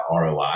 ROI